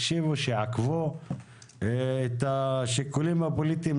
חה"כ מיכאל מלכיאלי,